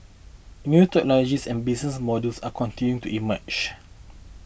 new technologies and business models are continuing to emerge